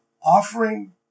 offering